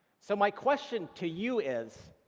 so my question to you is,